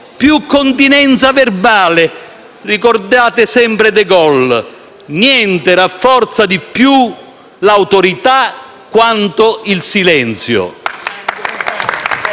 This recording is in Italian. più continenza verbale. Ebbene, ricordate sempre De Gaulle: niente rafforza di più l'autorità quanto il silenzio.